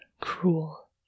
cruel